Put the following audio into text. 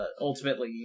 ultimately